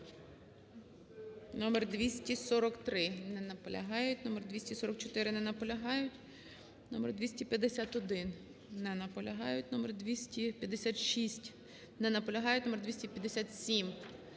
Номер 243. Не наполягають. Номер 244. Не наполягають. Номер 251. Не наполягають. Номер 256. Не наполягають. Номер 257. Не наполягають.